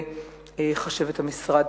וחשבת המשרד.